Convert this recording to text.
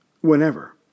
whenever